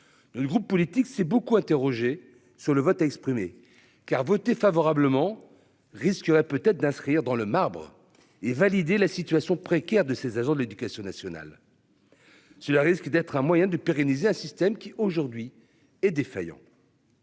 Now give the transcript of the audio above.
le groupe politique s'est beaucoup interrogé sur le vote exprimé car voté favorablement risquerait peut-être d'inscrire dans le marbre et valider la situation précaire de ces agents de l'Éducation nationale. Cela risque d'être un moyen de pérenniser un système qui aujourd'hui est défaillant.--